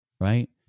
right